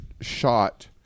shot